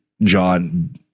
John